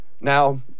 Now